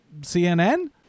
CNN